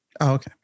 Okay